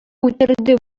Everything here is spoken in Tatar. үтерде